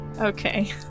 Okay